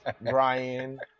Brian